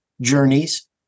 journeys